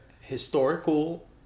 historical